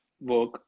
work